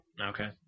Okay